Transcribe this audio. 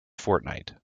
fortnight